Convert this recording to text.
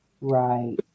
right